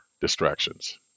Distractions